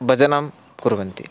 भजनां कुर्वन्ति